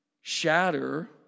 Shatter